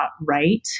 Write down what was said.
Right